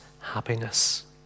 happiness